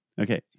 Okay